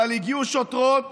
אבל הגיעו שוטרות